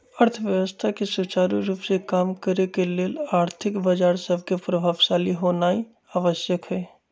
अर्थव्यवस्था के सुचारू रूप से काम करे के लेल आर्थिक बजार सभके प्रभावशाली होनाइ आवश्यक हइ